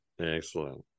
excellent